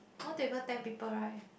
one table ten people right